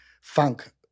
funk